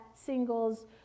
Singles